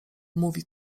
mówi